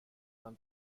man